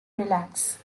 relax